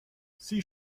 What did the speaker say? sie